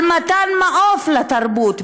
על מתן מעוף לתרבות.